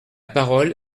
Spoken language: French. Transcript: parole